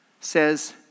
says